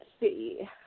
see